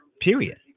period